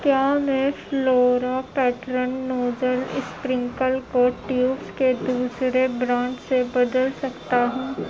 کیا میں flora pattern nozzle sprinkle کو ٹیوبس کے دوسرے برانڈ سے بدل سکتا ہوں